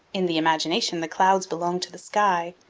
in the imagination the clouds belong to the sky,